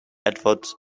edward